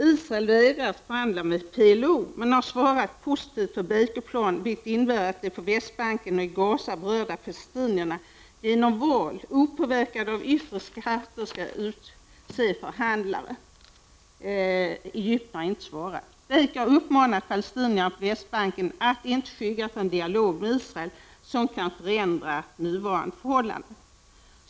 Israel vägrar att förhandla med PLO men har svarat positivt på Bakerplanen, vilket innebär att de på Västbanken och i Gaza berörda palestinierna genom val, opåverkade av yttre krafter, skall utse förhandlare. Egypten har inte svarat. Baker har uppmanat palestinierna på Västbanken ”att inte skygga för en dialog med Israel som kan förändra nuvarande förhållanden”.